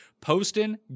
Poston